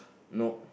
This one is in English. nope